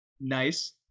Nice